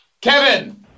Kevin